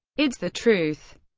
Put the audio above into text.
it's the truth.